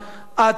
עד כאן,